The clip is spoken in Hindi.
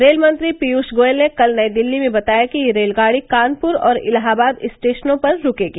रेलमंत्री पीयूष गोयल ने कल नई दिल्ली में बताया कि यह रेलगाड़ी कानपुर और इलाहाबाद स्टेशनों पर रूकेगी